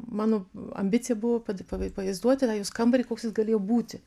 mano ambicija buvo pad pavai pavaizduoti tą jos kambarį koks jis galėjo būti